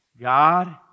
God